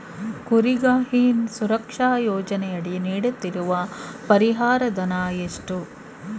ಕುರಿಗಾಹಿ ಸುರಕ್ಷಾ ಯೋಜನೆಯಡಿ ನೀಡುತ್ತಿರುವ ಪರಿಹಾರ ಧನ ಎಷ್ಟು?